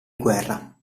guerra